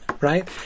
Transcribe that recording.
right